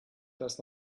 does